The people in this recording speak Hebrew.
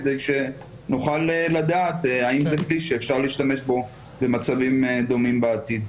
כדי שנוכל לדעת האם זה כלי שאפשר להשתמש בו במצבים דומים בעתיד.